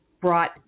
brought